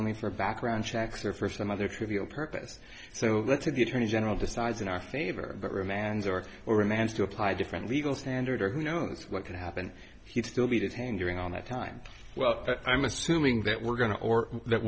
only for background checks or for some other trivial purpose so let's say the attorney general decides in our favor but remand or or remand to apply different legal standard or who knows what could happen he'd still be detained during all that time well i'm assuming that we're going to or that